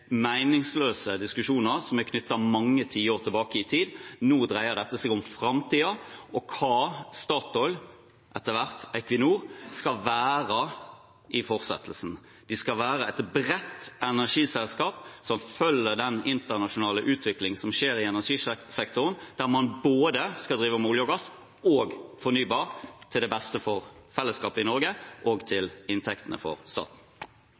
meningsløse diskusjoner knyttet til noe mange tiår tilbake i tid. Nå dreier dette seg om framtiden og om hva Statoil – etter hvert Equinor – skal være i fortsettelsen. De skal være et bredt energiselskap som følger den internasjonale utviklingen som skjer i energisektoren, der man både skal drive med olje og gass og fornybar energi – til det beste for fellesskapet i Norge og inntektene til staten.